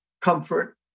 comfort